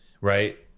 right